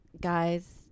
guys